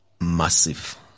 massive